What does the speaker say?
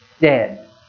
dead